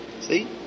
See